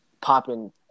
popping